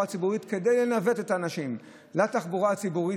הציבורית כדי לנווט את האנשים לתחבורה הציבורית,